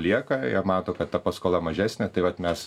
lieka jie mato kad ta paskola mažesnė tai vat mes